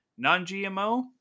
non-GMO